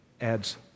adds